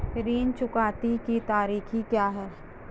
ऋण चुकौती के तरीके क्या हैं?